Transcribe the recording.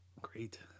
Great